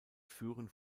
führen